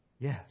Yes